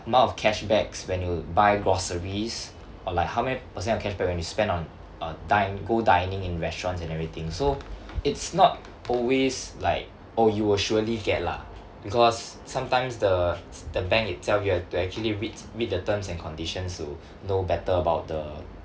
amount of cashbacks when you buy groceries or like how many percent of cashback when you spend on uh di~ go dining in restaurants and everything so it's not always like oh you will surely get lah because sometimes the the bank itself you have to actually read read the terms and conditions to know better about the